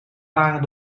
waren